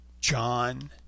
John